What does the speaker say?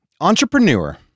Entrepreneur